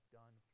done